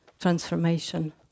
transformation